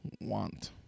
want